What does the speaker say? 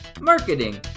marketing